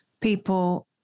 people